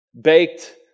baked